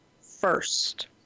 first